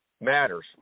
matters